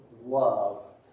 love